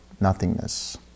nothingness